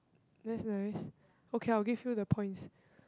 that's nice okay I'll give you the points